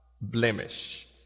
blemish